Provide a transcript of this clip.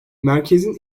merkezin